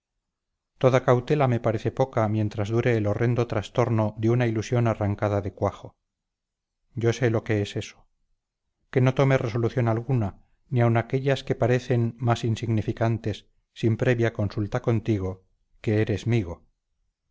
toda cautela me parece poca mientras dure el horrendo trastorno de una ilusión arrancada de cuajo yo sé lo que es eso que no tome resolución alguna ni aun aquellas que parecen más insignificantes sin previa consulta contigo que eres migo